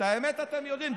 את האמת אתם יודעים.